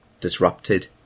disrupted